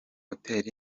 hotel